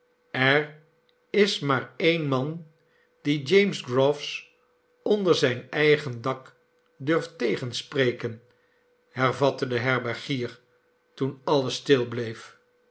er is maar een man die james groves onder zijn eigen dak durft tegenspreken hervatte de herbergier toen alles s til bleef